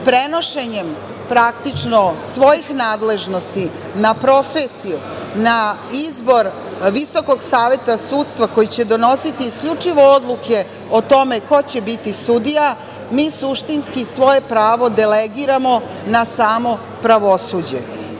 pojedinca. Prenošenjem praktično svojih nadležnosti na profesije na izbor Visokog saveta sudstva koji će donositi isključivo odluke o tome ko će biti sudija mi suštinski svoje pravo delegiramo na samo pravosuđe